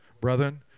Brethren